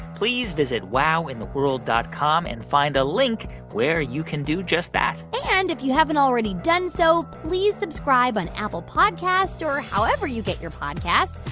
please visit wowintheworld dot com and find a link where you can do just that and if you haven't already done so, please subscribe on apple podcasts or however you get your podcasts.